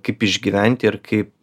kaip išgyventi ir kaip